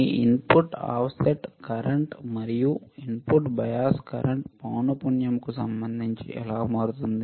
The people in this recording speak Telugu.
మీ ఇన్పుట్ ఆఫ్సెట్ కరెంట్ మరియు ఇన్పుట్ బయాస్ కరెంట్ పౌనపుణ్యము కు సంబంధించి ఎలా మారుతుంది